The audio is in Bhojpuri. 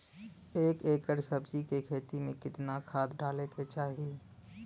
एक एकड़ सब्जी के खेती में कितना खाद डाले के चाही?